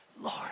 Lord